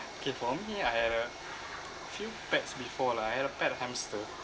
K for me I had a few pets before lah I had a pet hamster